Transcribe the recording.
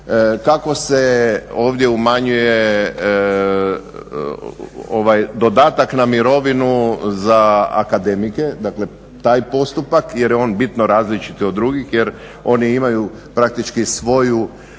kako se ovdje umanjuje dodatak na mirovinu za akademike. Dakle, taj postupak jer je on bitno različit od drugih, jer oni imaju praktički svoju